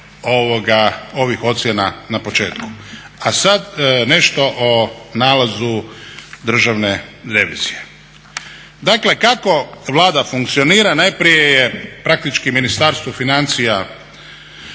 ovih ocjena na početku. A sad nešto o nalazu Državne revizije. Dakle, kako Vlada funkcionira najprije je praktički Ministarstvo financija